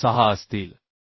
26 असतील